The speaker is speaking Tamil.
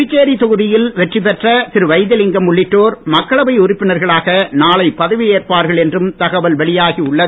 புதுச்சேரி தொகுதியில் வெற்றி பெற்ற திரு வைத்திலிங்கம் உள்ளிட்டோர் மக்களவை உறுப்பினர்களாக நாளை பதவி ஏற்பார்கள் என்றும் தகவல் வெளியாகி உள்ளது